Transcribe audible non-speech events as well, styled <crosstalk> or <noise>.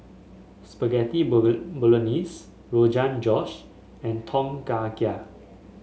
Spaghetti <unintelligible> Bolognese Rogan Josh and Tom Kha Gai